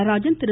Natarajan Thiru